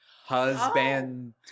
Husband